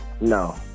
No